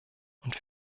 und